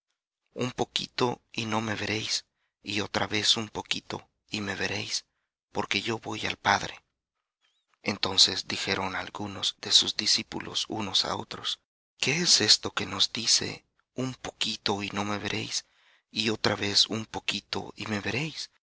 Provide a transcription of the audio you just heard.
un poquito y no me veréis y otra vez un poquito y me veréis porque yo voy al padre entonces dijeron de sus discípulos unos á otros qué es esto que nos dice un poquito y no me veréis y otra vez un poquito y me veréis